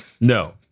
No